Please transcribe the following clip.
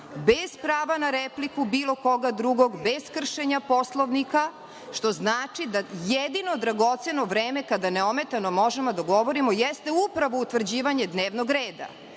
bez prava na repliku bilo koga drugog, bez kršenja Poslovnika, što znači da jedino dragoceno vreme kada neometano možemo da govorimo jeste upravo utvrđivanje dnevnog reda.